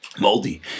moldy